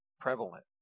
prevalent